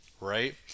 right